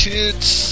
Kids